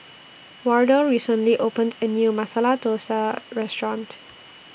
Wardell recently opened A New Masala Dosa Restaurant